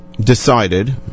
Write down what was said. decided